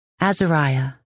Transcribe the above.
Azariah